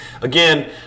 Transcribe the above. Again